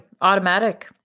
Automatic